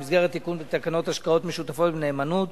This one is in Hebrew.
במסגרת תיקון בתקנות השקעות משותפות בנאמנות